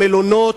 המלונות,